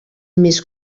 més